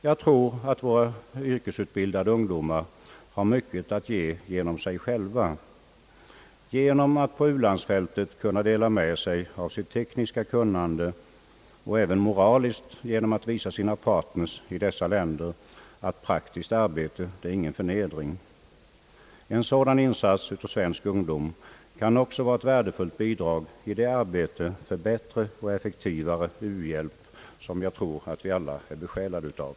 Jag tror att våra yrkesutbildade ungdomar själva har mycket att ge genom att på u-landsfältet dela med sig av sitt tekniska kunnande och även moraliskt genom att visa sina partners i dessa länder att praktiskt arbete inte är någon förnedring. En sådan insats av svensk ungdom kan också vara ett värdefullt bidrag i den strävan till bättre och effektivare u-hjälp, som jag tror att vi alla är besjälade av.